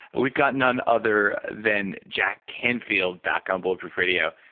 we've got none other than jack canfield back on bulletproof radio.